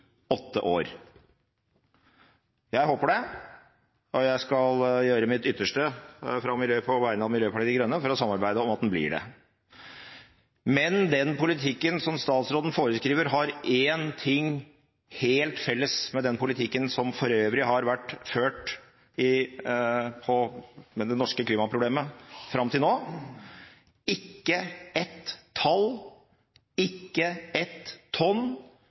åtte år. Jeg håper det. Jeg skal på vegne av Miljøpartiet De Grønne gjøre mitt ytterste for å samarbeide om at den blir det. Men den politikken som statsråden foreskriver, har én ting til felles med den politikken som for øvrig har vært ført fram til nå når det gjelder det norske klimaproblemet: ikke ett tall, ikke ett tonn,